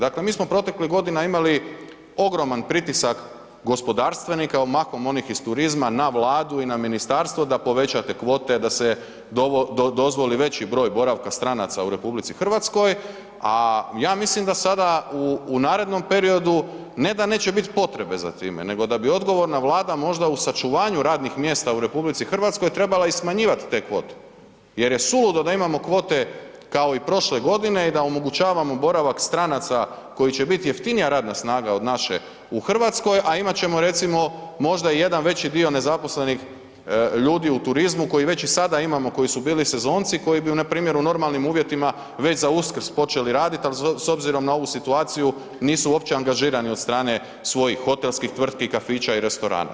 Dakle, mi smo proteklih godina imali ogroman pritisak gospodarstvenika evo mahom onih iz turizma na Vladu i na ministarstvo da povećate kvote, da se dozvoli veći broj boravka stranaca u RH, a ja mislim da sada u narednom periodu ne da neće biti potrebe za time nego da bi odgovorna vlada možda u sačuvanju radnih mjesta u RH trebala i smanjivati te kvote jer je suludo da imamo kvote kao i prošle godine i da omogućavamo boravak stranaca koji će biti jeftinija radna snaga od naše u Hrvatskoj, a imat ćemo recimo možda jedan veći dio nezaposlenih ljudi u turizmu koje već i sada imamo, koji su bili sezonci i koji bi npr. u normalnim uvjetima već za Uskrs počeli raditi, ali s obzirom na ovu situaciju nisu uopće angažirani od strane svojih hotelskih tvrtki, kafića i restorana.